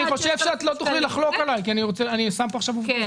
אני חושב שלא תוכלי לחלוק עלי כי אני שם כאן עכשיו עובדות.